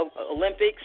Olympics